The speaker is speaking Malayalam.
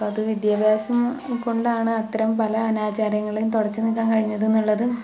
അപ്പോൾ അത് വിദ്യാഭ്യാസം കൊണ്ടാണ് അത്തരം പല അനാചാരങ്ങളും തുടച്ചു നീക്കാന് കഴിഞ്ഞത് എന്നുള്ളതും